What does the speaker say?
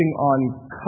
on